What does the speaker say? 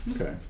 Okay